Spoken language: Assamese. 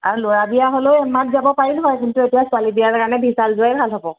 আৰু ল'ৰা বিয়া হ'লেও যাব পাৰিলো হয় কিন্তু এতিয়া ছোৱালী বিয়াৰ কাৰণে বিশাল যোৱাই ভাল হ'ব